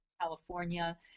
California